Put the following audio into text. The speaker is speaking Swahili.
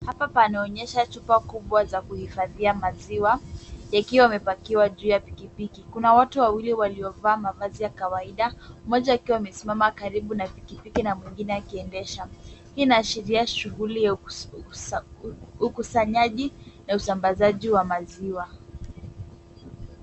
Hapa panaonyesha chupa kubwa za kuhifadhia maziwa yakiwa yamepakiwa juu ya pikipiki. Kuna watu wawili waliovaa mavazi ya kawaida, mmoja akiwa amesimama karibu na pikipiki na mwingine akiendesha. Hii inaashiria shughuli ya ukusanyaji na usambazaji wa maziwa.